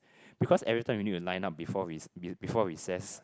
because everytime you need to line before re~ before recess